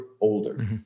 older